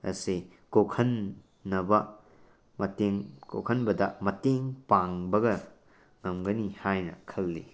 ꯑꯁꯦ ꯀꯣꯛꯍꯟꯅꯕ ꯃꯇꯦꯡ ꯀꯣꯛꯍꯟꯕꯗ ꯃꯇꯦꯡ ꯄꯥꯡꯕꯒ ꯉꯝꯒꯅꯤ ꯍꯥꯏꯅ ꯈꯜꯂꯤ